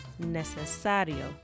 necesario